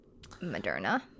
Moderna